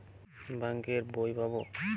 Bank এর বই পাবো?